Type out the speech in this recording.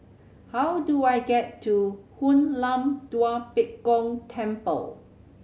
how do I get to Hoon Lam Tua Pek Kong Temple